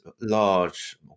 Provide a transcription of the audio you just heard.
large